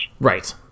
Right